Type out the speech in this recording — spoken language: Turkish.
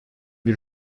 bir